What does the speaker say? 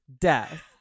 death